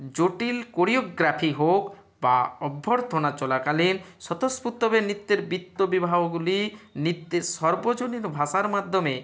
জটিল কোরিওগ্রাফি হোক বা অভ্যর্থনা চলাকালীন স্বতঃস্ফূর্তভাবে নৃত্যের বিত্ত বিবাহগুলি নিত্তের সর্বজনীন ভাষার মাদ্যমে